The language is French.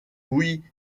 louis